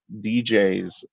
djs